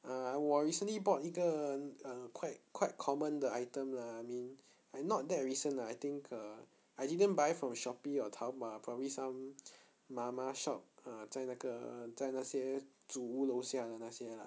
uh 我 recently bought 一个 err quite quite common the item lah I mean ah not that recent lah I think uh I didn't even buy from shopee or taobao probably some mama shop uh 在那个在那些组屋楼下的那些 lah